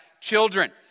children